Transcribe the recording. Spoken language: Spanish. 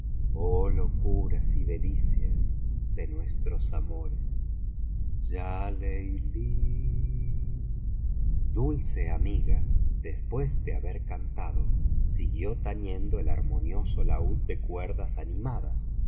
olí locuras y delicias de nuestros amores ya leilil dulce amiga después de haber cantado siguió tañendo el armonioso laúd de cuerdas animadas